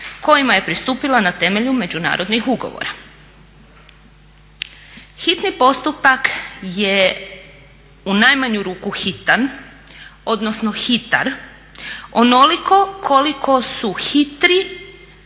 kojima je pristupila na temelju međunarodnih ugovora. Hitni postupak je u najmanju ruku hitan, odnosno hitar onoliko koliko su hitri